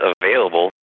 available